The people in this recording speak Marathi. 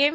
एम